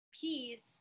peace